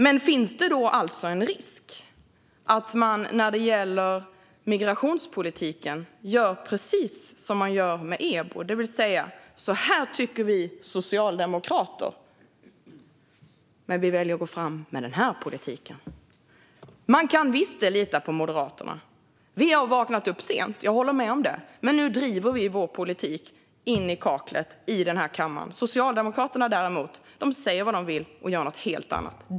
Men finns det en risk att man gör i migrationspolitiken precis som man gör med EBO, det vill säga att man säger "Så här tycker vi socialdemokrater, men vi väljer att gå fram med den här politiken"? Man kan visst lita på Moderaterna. Vi har vaknat upp sent, jag håller med om det, men nu driver vi vår politik in i kaklet i denna kammare. Socialdemokraterna däremot säger vad de vill och gör något helt annat.